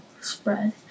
spread